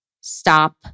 stop